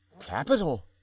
Capital